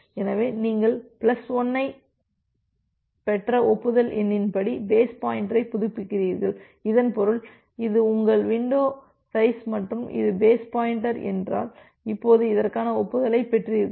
எனவே நீங்கள் பிளஸ் 1ஐப் பெற்ற ஒப்புதல் எண்ணின் படி பேஸ் பாயின்டரை புதுப்பிக்கிறீர்கள் இதன் பொருள் இது உங்கள் வின்டோ சைஸ் மற்றும் இது பேஸ் பாயின்டர் என்றால் இப்போது இதற்கான ஒப்புதலைப் பெற்றுள்ளீர்கள்